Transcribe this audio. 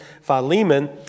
Philemon